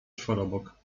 czworobok